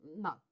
no